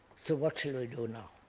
so what shall we do now?